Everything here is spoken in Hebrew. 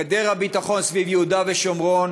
גדר הביטחון סביב יהודה ושומרון,